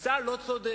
המבצע לא צודק.